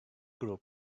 group